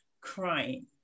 crying